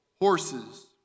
horses